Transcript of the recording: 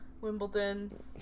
Wimbledon